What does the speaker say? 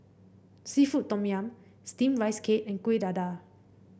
seafood Tom Yum steam Rice Cake and Kuih Dadar